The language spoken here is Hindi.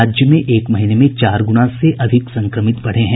राज्य में एक महीने में चार गुना से अधिक संक्रमित बढ़े हैं